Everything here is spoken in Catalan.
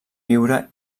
viure